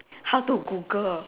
how to Google